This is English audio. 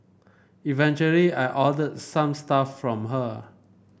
eventually I ordered some stuff from her